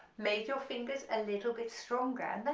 made your fingers a little bit stronger and that's